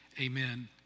amen